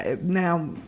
now